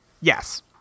Yes